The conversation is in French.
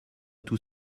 tout